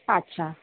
ᱟᱪᱪᱷᱟ